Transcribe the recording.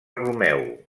romeu